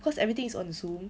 cause everything is on zoom